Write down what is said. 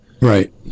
Right